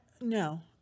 no